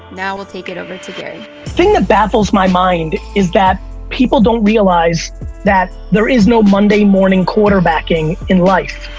now we'll take it over to gary. the thing that baffles my mind is that people don't realize that there is no monday morning quarterbacking in life.